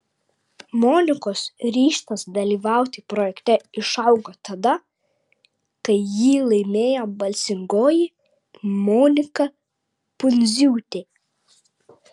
monikos ryžtas dalyvauti projekte išaugo tada kai jį laimėjo balsingoji monika pundziūtė